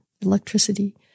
electricity